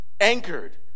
anchored